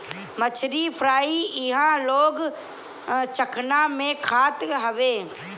मछरी फ्राई इहां लोग चखना में खात हवे